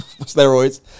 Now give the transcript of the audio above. steroids